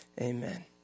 amen